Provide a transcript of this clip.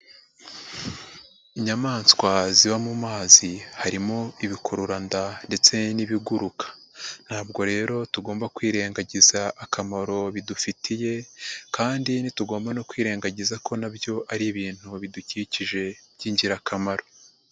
Inyamaswa ziba mu mazi, harimo ibikururanda ndetse n'ibiguruka. Ntabwo rero tugomba kwirengagiza akamaro bidufitiye kandi ntitugomba no kwirengagiza ko na byo ari ibintu bidukikije by'ingirakamaro.